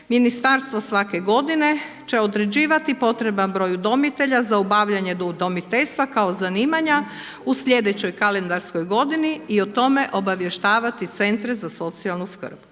ministarstvo svake godine će određivati potreban broj udomitelja za obavljanje udomiteljstva kao zanimanja u slijedećoj kalendarskoj godini i o tome obavještavati centre za socijalnu skrb.